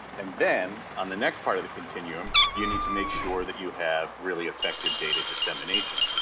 and then on the next part of the continuum, you need to make sure that you have really effective dated dissemination.